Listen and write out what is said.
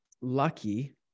lucky